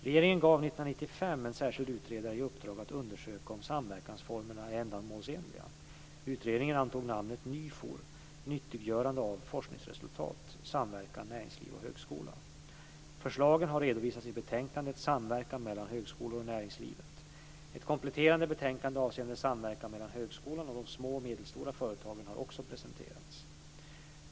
Regeringen gav 1995 en särskild utredare i uppdrag att undersöka om samverkansformerna är ändamålsenliga. Utredningen antog namnet NYFOR, Nyttiggörande av forskningsresultat, samverkan näringsliv-högskola. Förslagen har redovisats i betänkandet Samverkan mellan högskolor och näringslivet . Ett kompletterande betänkande avseende samverkan mellan högskolan och de små och medelstora företagen har också presenterats.